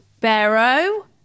Barrow